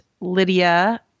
Lydia